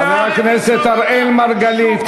חבר הכנסת אראל מרגלית,